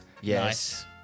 Yes